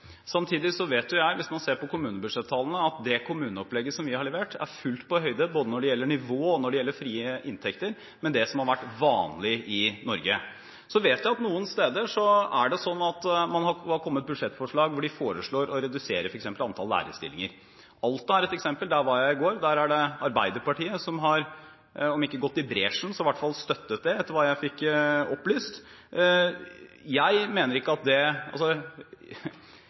Samtidig vet jeg, hvis man ser på kommunebudsjetttallene, at det kommuneopplegget som vi har levert, er fullt på høyde, både når det gjelder nivå og når det gjelder frie inntekter, med det som har vært vanlig i Norge. Jeg vet at det noen steder har kommet budsjettforslag hvor de foreslår å redusere f.eks. antall lærerstillinger. Alta er ett eksempel. Der var jeg i går. Der er det Arbeiderpartiet som har, om ikke gått i bresjen for det, så i hvert fall støttet det, etter hva jeg fikk opplyst. Jeg håper jo at alle kommuner satser på skole, men jeg mener samtidig det